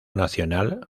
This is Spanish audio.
nacional